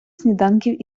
сніданків